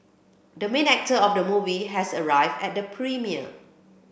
the main actor of the movie has arrived at the premiere